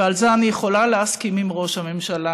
ועל זה אני יכולה להסכים עם ראש הממשלה,